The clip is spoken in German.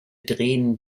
drehen